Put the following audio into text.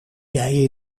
jij